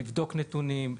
לבדוק נתונים,